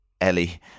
Ellie